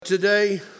Today